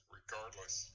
regardless